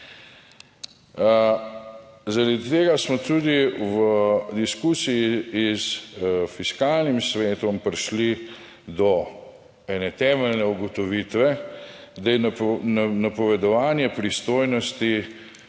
Zaradi tega smo tudi v diskusiji s Fiskalnim svetom prišli do ene temeljne ugotovitve, da je napovedovanje pristojnosti